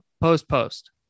Post-post